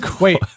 wait